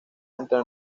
entró